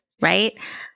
right